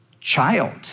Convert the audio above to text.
child